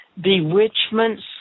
bewitchments